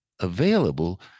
available